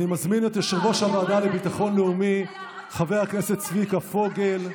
אני מזמין את יושב-ראש הוועדה לביטחון לאומי חבר הכנסת צביקה פוגל.